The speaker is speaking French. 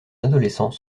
adolescent